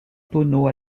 tonneaux